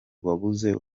wabuze